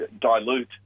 dilute